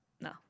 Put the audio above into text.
No